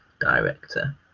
director